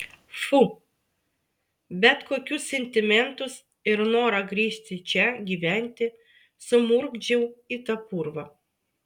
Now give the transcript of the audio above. fu bet kokius sentimentus ir norą grįžti čia gyventi sumurgdžiau į tą purvą